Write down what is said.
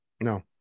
No